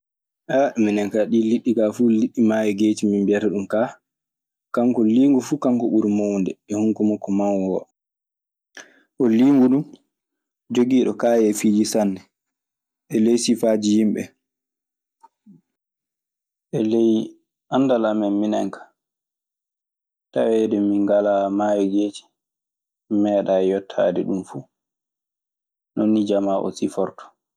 minen ka ɗii liɗɗi kaa fuu liɗɗi maayo geeci. Min mbiyata ɗum kaa kankon liingu fuu kan ko ɓuri mawnude e hunko makko mawngo. Bon liingu duu, jogiiɗo kaayefiiji sanne e ley sifaaji yimɓe. E ley anndal amen minen ka, taweede min ngalaa maayo geeci. Mi meeɗaa yettaade ɗun fu. Non nii jamaa oo sifortoo.